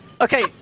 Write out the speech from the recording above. Okay